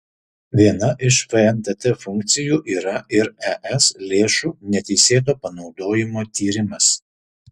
viena iš fntt funkcijų yra ir es lėšų neteisėto panaudojimo tyrimas